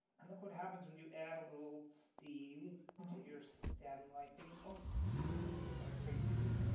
and look what happens when you add a little steam to your stem-like thing. oh my god, you've got a great tree.